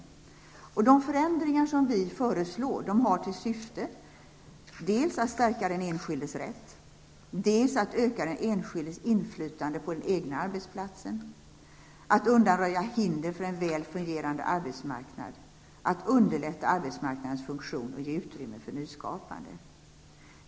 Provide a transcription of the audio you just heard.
De förändringar i lagstiftningen som vi föreslår har till syfte: -- att stärka den enskildes rätt, -- att öka den enskildes inflytande på den egna arbetsplatsen, -- att undanröja hinder för en väl fungerande arbetsmarknad samt -- att underlätta arbetsmarknadens funktion och ge utrymme för nyskapande.